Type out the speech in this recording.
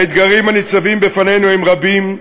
האתגרים הניצבים בפנינו רבים.